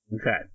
Okay